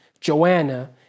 Joanna